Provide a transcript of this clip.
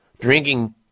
drinking